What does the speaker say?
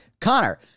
Connor